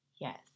Yes